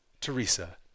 teresa